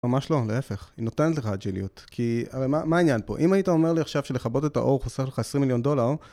ממש לא, להפך, היא נותנת לך אג'יליות. כי, הרי מה העניין פה? אם היית אומר לי עכשיו שלכבות את האור חוסר לך 20 מיליון דולר,